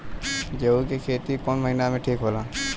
गेहूं के खेती कौन महीना में ठीक होला?